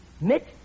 MIT